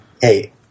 Hey